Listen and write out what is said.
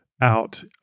out